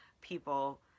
people